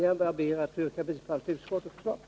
Jag ber att få yrka bifall till utskottets förslag.